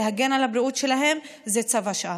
להגן על הבריאות שלהם זה צו השעה.